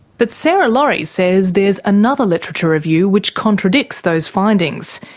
but sarah laurie says there's another literature review which contradicts those findings.